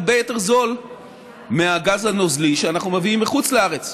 הרבה יותר זול מהגז הנוזלי שאנחנו מביאים מחוץ לארץ,